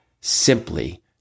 Simply